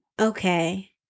Okay